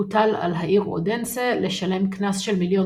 הוטל על העיר אודנסה לשלם קנס של מיליון